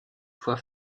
foi